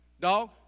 Dog